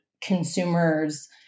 consumers